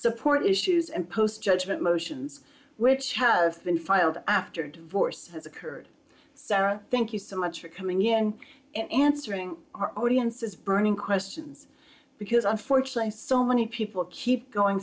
support issues and post judgment motions which have been filed after divorce has occurred sarah thank you so much for coming in and answering our audiences burning questions because unfortunately so many people keep going